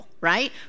right